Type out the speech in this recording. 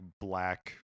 black